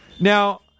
Now